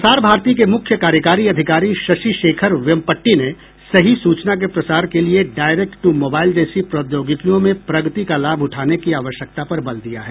प्रसार भारती के मुख्य कार्यकारी अधिकारी शशि शेखर वेंपट्टी ने सही सूचना के प्रसार के लिए डायरेक्ट टू मोबाइल जैसी प्रौद्योगिकियों में प्रगति का लाभ उठाने की आवश्यकता पर बल दिया है